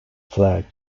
flag